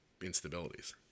instabilities